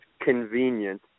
convenient